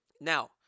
Now